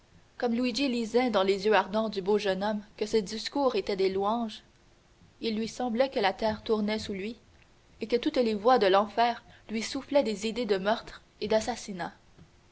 comme luigi lisait dans les yeux ardents du beau jeune homme que ces discours étaient des louanges il lui semblait que la terre tournait sous lui et que toutes les voix de l'enfer lui soufflaient des idées de meurtre et d'assassinat